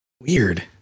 Weird